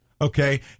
Okay